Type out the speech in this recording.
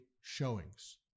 showings